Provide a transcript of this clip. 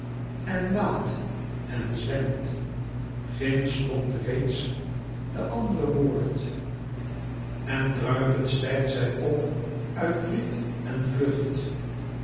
en waadc en zwemt ginds lokt reeds de andre boord en druipend stijgt zij op uit t riet en vlucht